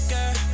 Girl